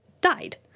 died